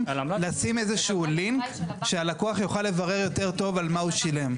לשים איזה שהוא לינק שהלקוח יוכל לברר יותר טוב על מה הוא שילם.